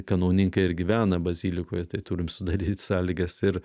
kanauninkai ir gyvena bazilikoje tai turim sudaryt sąlygas ir